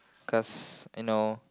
cause you know